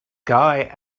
guy